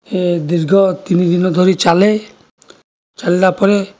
ସେ ଦୀର୍ଘ ତିନଦିନ ଧରି ଚାଲେ ଚାଲିଲା ପରେ